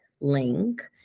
link